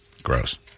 Gross